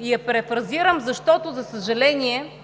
И я перифразирам, защото, за съжаление,